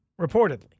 reportedly